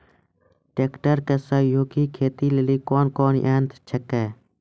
Tractor के सहयोगी खेती लेली कोन कोन यंत्र छेकै?